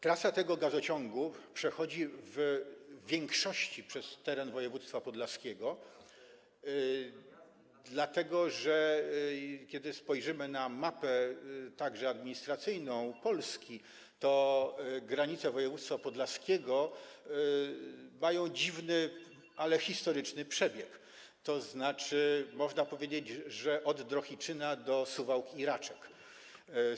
Trasa tego gazociągu przechodzi w większości przez teren województwa podlaskiego, dlatego że kiedy spojrzymy na mapę Polski, także administracyjną, to widzimy, że granice województwa podlaskiego mają dziwny, ale historyczny przebieg, tzn. można powiedzieć: od Drohiczyna do Suwałk i Raczek.